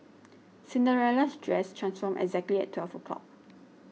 Cinderella's dress transformed exactly at twelve o'clock